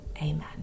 Amen